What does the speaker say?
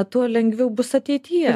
tuo lengviau bus ateityje